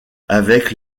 avec